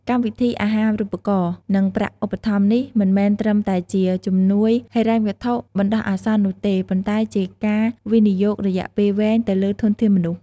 កម្មវិធីអាហារូបករណ៍ និងប្រាក់ឧបត្ថម្ភនេះមិនមែនត្រឹមតែជាជំនួយហិរញ្ញវត្ថុបណ្ដោះអាសន្ននោះទេ ប៉ុន្តែជាការវិនិយោគរយៈពេលវែងទៅលើធនធានមនុស្ស។